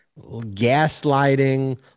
gaslighting